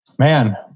Man